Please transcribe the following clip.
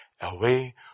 away